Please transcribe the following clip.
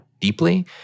deeply